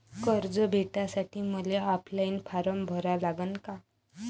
कर्ज भेटासाठी मले ऑफलाईन फारम भरा लागन का?